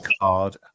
card